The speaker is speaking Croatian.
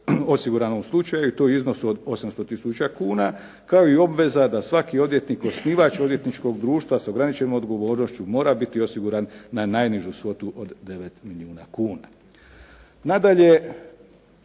osiguranom slučaju i to u iznosu od 800 tisuća kuna, kao i obveza da svaki odvjetnik, osnivač odvjetničkog društva s ograničenom odgovornošću mora biti osiguran na najnižu svotu od 9 milijuna kuna.